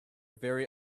very